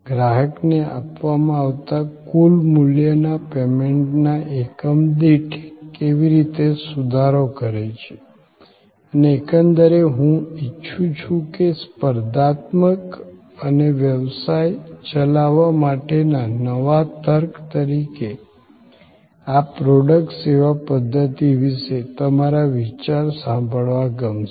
ગ્રાહકને આપવામાં આવતા કુલ મૂલ્યમાં પેમેન્ટના એકમ દીઠ કેવી રીતે સુધારો કરે છે અને એકંદરે હું ઈચ્છું છું કે સ્પર્ધાત્મકતા અને વ્યવસાય ચલાવવા માટેના નવા તર્ક તરીકે આ પ્રોડક્ટ સેવા પધ્ધતિ વિશે તમારા વિચારો સાંભળવા ગમશે